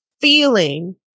feeling